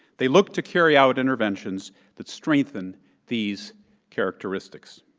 they look to carry out interventions that strengthen these characteristics